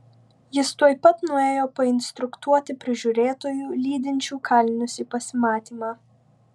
jis tuoj pat nuėjo painstruktuoti prižiūrėtojų lydinčių kalinius į pasimatymą